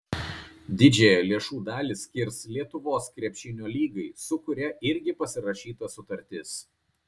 didžiąją lėšų dalį skirs lietuvos krepšinio lygai su kuria irgi pasirašyta sutartis